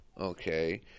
okay